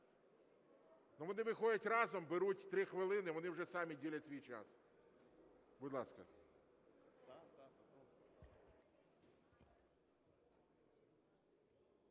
Вони виходять разом, беруть 3 хвилини, вони вже самі ділять свій час. Будь ласка.